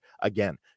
again